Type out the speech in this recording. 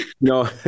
No